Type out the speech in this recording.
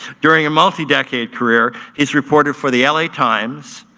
during a multi-decade career, he's reported for the la times,